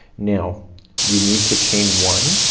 now you need to chain one,